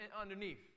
underneath